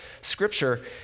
scripture